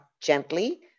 gently